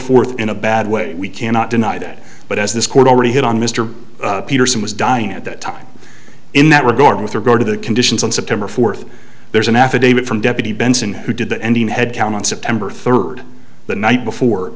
fourth in a bad way we cannot deny that but as this court already had on mr peterson was dying at that time in that regard with regard to the conditions on september fourth there is an affidavit from deputy benson who did the ending headcount on september third the night before